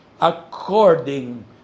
according